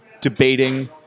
debating